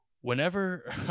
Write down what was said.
whenever